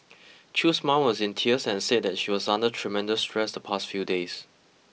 Chew's mom was in tears and said that she was under tremendous stress the past few days